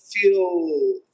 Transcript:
feel